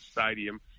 stadium